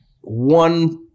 one